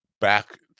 back